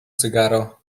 cygaro